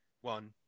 one